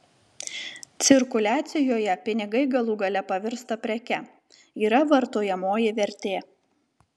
cirkuliacijoje pinigai galų gale pavirsta preke yra vartojamoji vertė